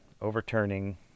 overturning